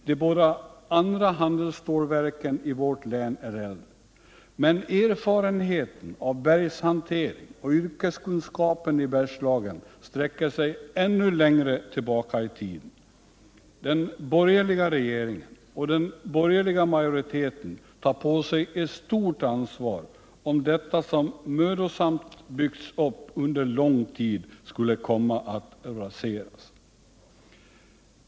De båda andra handelsstålverken i vårt län är äldre, men erfarenheten av bergshantering och yrkeskunskapen i Bergslagen sträcker sig ännu längre tillbaka i tiden. Den borgerliga regeringen och den borgerliga majoriteten tar på sig ett stort ansvar om detta som mödosamt byggts upp under lång tid skulle komma att raseras.